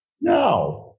No